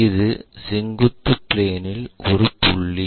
இது செங்குத்து பிளேன்ல் ஒரு புள்ளி